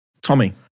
Tommy